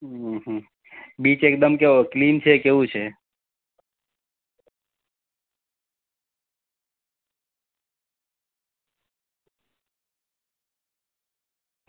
હં હ બીચ એકદમ કેવો ક્લીન છે કેવું છે